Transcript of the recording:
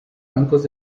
bancos